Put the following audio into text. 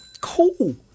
cool